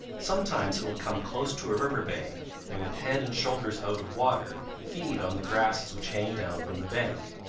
sometimes it will come close to a river bank and with head and shoulders out of water feed on the grasses which hang down from the bank.